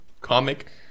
comic